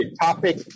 topic